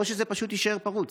או שזה פשוט יישאר פרוץ?